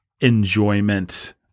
enjoyment